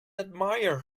admire